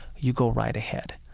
you go right ahead.